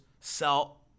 sell